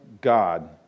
God